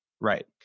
Right